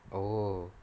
oh